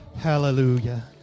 Hallelujah